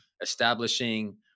establishing